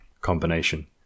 combination